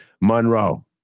Monroe